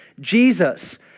Jesus